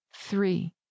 Three